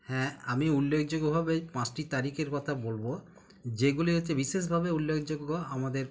হ্যাঁ আমি উল্লেখযোগ্যভাবে পাঁচটি তারিখের কথা বলব যেগুলি হচ্ছে বিশেষভাবে উল্লেখযোগ্য আমাদের